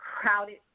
crowded